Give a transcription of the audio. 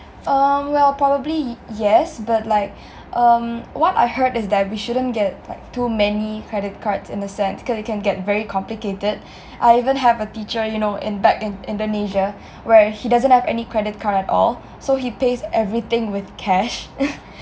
um well probably yes but like um what I heard is that we shouldn't get like too many credit cards in a sense because it can get very complicated i even have a teacher you know in back in indonesia where he doesn't have any credit card at all so he pays everything with cash